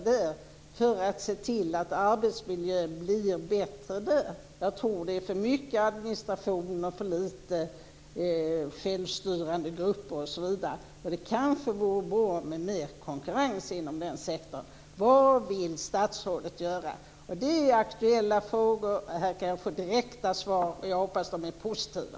Det är farligt för legitimiteten. Det kanske vore bra med mer konkurrens inom den sektorn. Vad vill statsrådet göra? Det är aktuella frågor. Här kan jag få direkta svar. Jag hoppas att de är positiva.